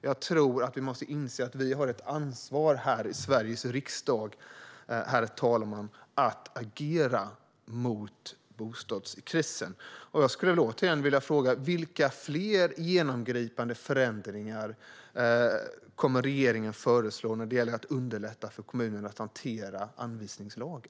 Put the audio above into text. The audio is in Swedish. Jag tror att vi måste inse att regering och riksdag har ett ansvar att agera mot bostadskrisen. Därför frågar jag åter: Vilka fler genomgripande förändringar kommer regeringen att föreslå vad gäller att underlätta för kommunerna att hantera anvisningslagen?